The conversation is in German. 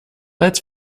als